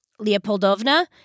Leopoldovna